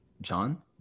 John